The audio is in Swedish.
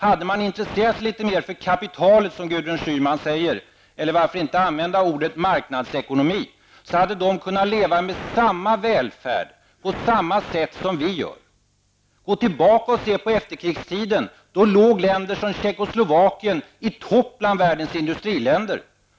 Om man hade intresserat sig litet mer för kapital, som Gudrun Schyman säger -- varför inte använda ordet marknadsekonomi -- hade de människorna kunnat leva med samma välfärd och på samma sätt som vi gör. Se tillbaka på efterkrigstiden; då låg länder som Tjeckoslovakien i topp bland världens industriländer.